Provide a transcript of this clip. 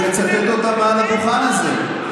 אני אצטט אותם מעל הדוכן הזה.